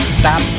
stop